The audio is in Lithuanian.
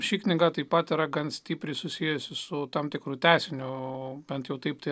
ši knyga taip pat yra gan stipriai susijusi su tam tikru tęsiniu o bent jau taip tai